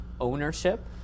ownership